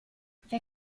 wer